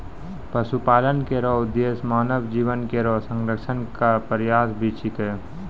पशुपालन केरो उद्देश्य मानव जीवन केरो संरक्षण क प्रयास भी छिकै